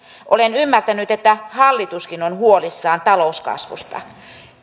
olen ymmärtänyt että hallituskin on huolissaan talouskasvusta